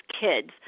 kids